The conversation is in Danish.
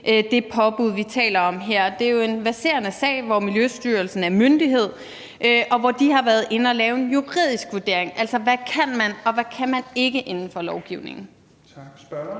det påbud, vi taler om her? Det er jo en verserende sag, hvor Miljøstyrelsen er myndighed, og hvor de har været inde at lave en juridisk vurdering af, hvad man kan og hvad man ikke kan inden for lovgivningen. Kl. 17:03 Tredje